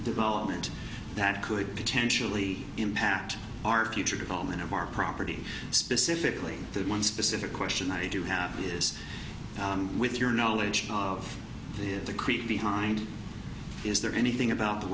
development that could potentially impact our future development of our property specifically that one specific question i do have is with your knowledge of the creek behind is there anything about the